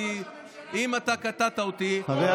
אם אתה קטעת אותי,